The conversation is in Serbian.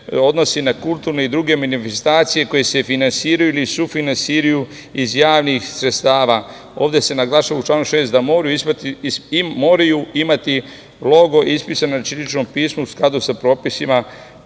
odnosi na kulturne i druge manifestacije, koje se finansiraju ili sufinansiraju iz javnih sredstava. Ovde se naglašava u članu 6. da moraju imati logo ispisan na ćiriličnom pismu u skladu sa propisima